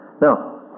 Now